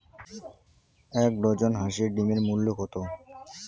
এক ডজন হাঁসের ডিমের মূল্য কত?